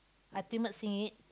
sing it